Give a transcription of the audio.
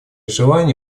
желании